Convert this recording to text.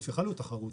אלא איך,